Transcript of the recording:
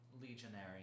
legionary